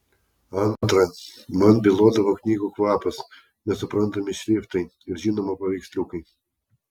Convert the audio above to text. antra man bylodavo knygų kvapas nesuprantami šriftai ir žinoma paveiksliukai